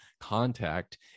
contact